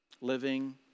living